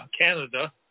Canada